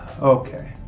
okay